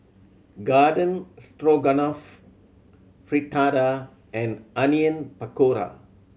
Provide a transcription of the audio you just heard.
Garden Stroganoff Fritada and Onion Pakora